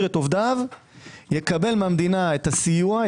את עובדיו יקבל מהמדינה את הסיוע,